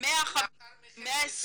125